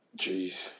Jeez